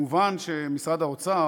מובן שמשרד האוצר,